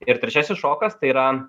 ir trečiasis šokas tai yra